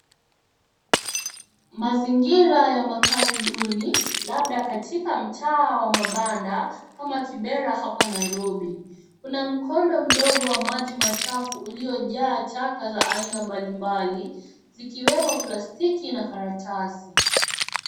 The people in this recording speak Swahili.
Mazingira ya makazi duni, labda katika mtaa wa mabanda ama kibera hapa Nairobi. Kuna mkondo mdogo wa maji machafu uliojaa taka za aina mbalimbali, zikiwemo plastiki na karatasi.